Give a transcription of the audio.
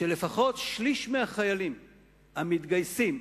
שלפחות שליש מהחיילים המתגייסים,